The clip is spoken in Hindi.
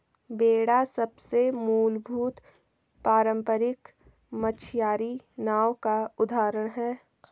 बेड़ा सबसे मूलभूत पारम्परिक मछियारी नाव का उदाहरण है